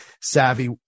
savvy